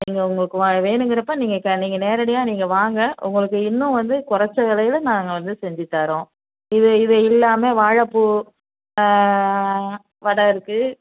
நீங்கள் உங்களுக்கு வ வேணுங்கிறப்போ நீங்கள் இப்போ நீங்கள் நேரடியாக நீங்கள் வாங்க உங்களுக்கு இன்னும் வந்து குறைச்ச விலையில நாங்கள் வந்து செஞ்சி தரோம் இது இது இல்லாம வாழைப்பூ வடை இருக்கு